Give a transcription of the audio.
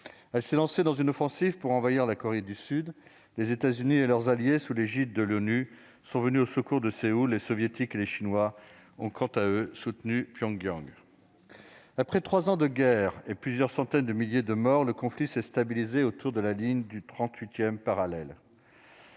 et s'est lancée dans une offensive pour envahir la Corée du Sud. Sous l'égide de l'ONU, les États-Unis et leurs alliés sont alors venus au secours de Séoul. Les Soviétiques et les Chinois, quant à eux, ont soutenu Pyongyang. Après trois ans de guerre et plusieurs centaines de milliers de morts, le conflit s'est stabilisé autour de la ligne du 38 parallèle.